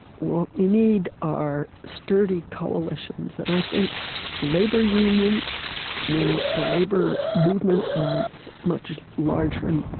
what we need are sturdy coalitions. and i think labor unions when the labor movement was much larger, and